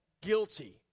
guilty